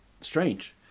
strange